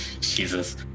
Jesus